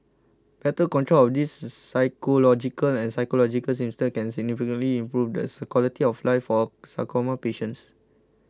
better control of these physiological and psychological symptoms can significantly improve the quality of life for sarcoma patients